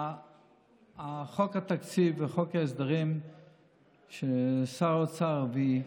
חוק התקציב וחוק ההסדרים ששר האוצר הביא,